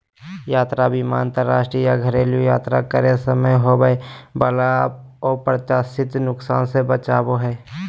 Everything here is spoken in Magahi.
यात्रा बीमा अंतरराष्ट्रीय या घरेलू यात्रा करे समय होबय वला अप्रत्याशित नुकसान से बचाबो हय